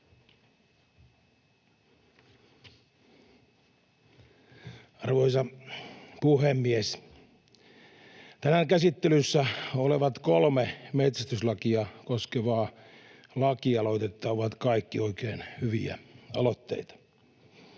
Arvoisa puhemies! Tänään käsittelyssä olevat kolme metsästyslakia koskevaa lakialoitetta ovat kaikki oikein hyviä aloitteita.